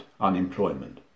unemployment